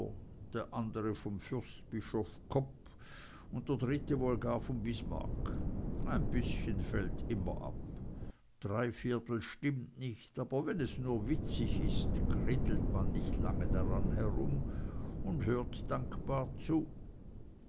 der andere vom fürstbischof kopp und der dritte wohl gar von bismarck ein bißchen fällt immer ab dreiviertel stimmt nicht aber wenn es nur witzig ist krittelt man nicht lange dran herum und hört dankbar zu